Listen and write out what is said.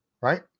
right